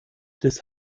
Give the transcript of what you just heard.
des